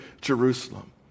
Jerusalem